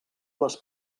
les